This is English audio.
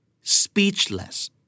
speechless